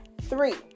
three